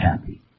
happy